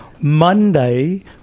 Monday